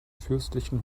fürstlichen